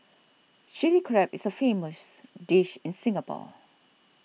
Chilli Crab is a famous dish in Singapore